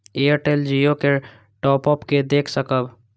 Airtel Jio के top up के देख सकब?